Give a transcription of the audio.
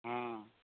हँ